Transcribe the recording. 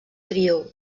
trio